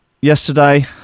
yesterday